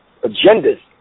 agendas